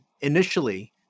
initially